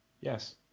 Yes